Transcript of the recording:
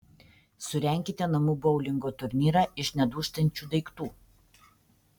surenkite namų boulingo turnyrą iš nedūžtančių daiktų